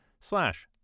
slash